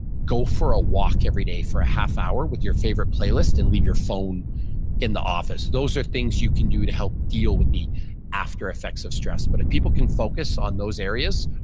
go for a walk every day for a half hour with your favorite playlist and leave your phone in the office. those are things you can do to help deal with the after effects of stress. but if people can focus on those areas,